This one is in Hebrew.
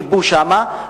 כיבו שם,